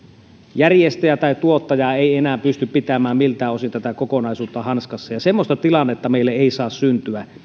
järjestäjä tai tuottaja ei enää pysty pitämään miltään osin tätä kokonaisuutta hanskassa ja semmoista tilannetta meille ei saa syntyä